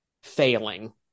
failing